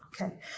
Okay